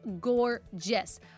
gorgeous